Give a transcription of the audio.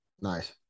Nice